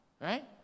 right